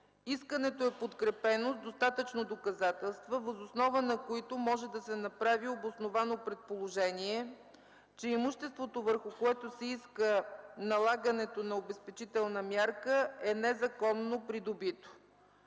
„искането е подкрепено с достатъчно доказателства, въз основа на които може да се направи обосновано предположение, че имуществото, върху което се иска налагането на обезпечителна мярка, е незаконно придобито”.